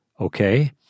Okay